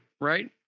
right